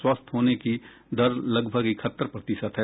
स्वस्थ होने की दर लगभग इकहत्तर प्रतिशत है